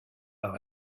par